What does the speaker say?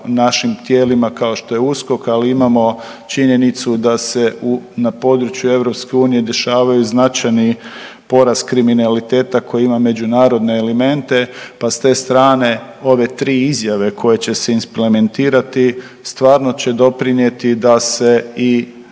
našim tijelima, kao što je USKOK, ali imamo činjenicu da se u, na području EU dešavaju značajni porast kriminaliteta koji ima međunarodne elemente pa s te strane ove 3 izjave koje će se implementirati, stvarno će doprinijeti da se i